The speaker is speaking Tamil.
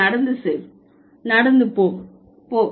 நீ நடந்து செல் நடந்து போ போ போ